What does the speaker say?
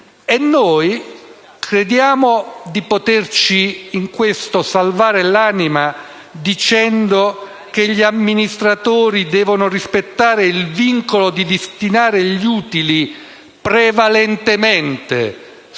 noi crediamo di poterci salvare l'anima dicendo che gli amministratori devono rispettare il vincolo di destinare gli utili prevalentemente